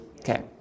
Okay